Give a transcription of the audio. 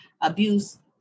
abuse